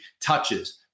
touches